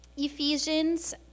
Ephesians